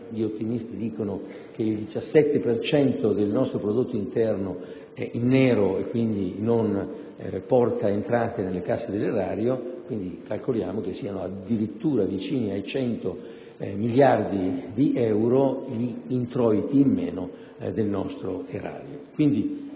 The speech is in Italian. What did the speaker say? gli ottimisti dicono che il 17 per cento del nostro prodotto interno è in nero e quindi non porta entrate nelle casse dell'erario, per cui calcoliamo che siano addirittura vicini ai 100 miliardi di euro gli introiti in meno del nostro Erario.